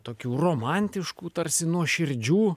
tokių romantiškų tarsi nuoširdžių